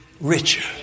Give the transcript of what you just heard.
richer